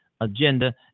agenda